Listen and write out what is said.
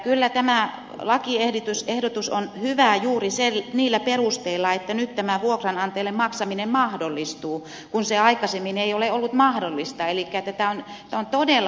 kyllä tämä lakiehdotus on hyvä juuri niillä perusteilla että nyt vuokranantajalle maksaminen mahdollistuu kun se aikaisemmin ei ole ollut mahdollista elikkä tämä on todella hyvä asia